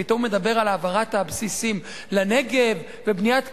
פתאום הוא מדבר על העברת הבסיסים לנגב ובניית כבישים.